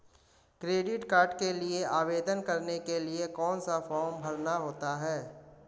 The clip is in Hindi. क्रेडिट कार्ड के लिए आवेदन करने के लिए कौन सा फॉर्म भरना होता है?